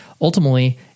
ultimately